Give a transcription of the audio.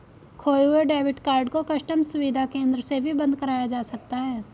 खोये हुए debit card को कस्टम सुविधा केंद्र से भी बंद कराया जा सकता है